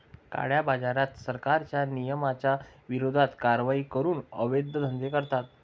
काळ्याबाजारात, सरकारच्या नियमांच्या विरोधात कारवाई करून अवैध धंदे करतात